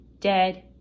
dead